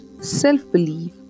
self-belief